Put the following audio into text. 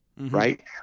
right